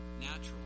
natural